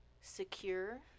secure